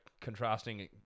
contrasting